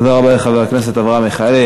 תודה רבה לחבר הכנסת אברהם מיכאלי.